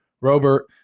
Robert